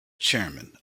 chairman